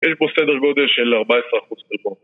יש פה סדר גודל של 14%